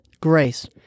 grace